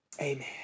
Amen